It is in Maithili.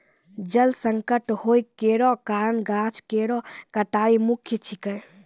जल संकट होय केरो कारण गाछ केरो कटाई मुख्य छिकै